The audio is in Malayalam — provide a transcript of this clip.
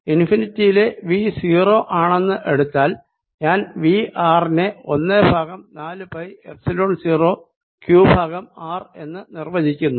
ഇൻഫിനിറ്റി യിലെ V 0 ആണെന്ന് എടുത്താൽ ഞാൻ V r നെ ഒന്ന് ബൈ നാലു pi epsilon 0 Q by r എന്ന് നിർവചിക്കുന്നു